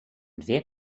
dvě